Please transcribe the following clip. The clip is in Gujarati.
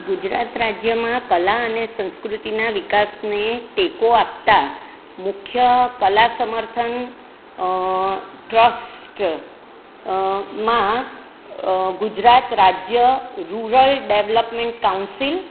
ગુજરાત રાજ્યમાં કલા અને સંકૃતિના વિકાસને ટેકો આપતા મુખ્ય કલા સમર્થન ટ્રસ્ટ માં ગુજરાત રાજ્ય રૂરલ ડેવલપમેન્ટ કાઉન્સિલ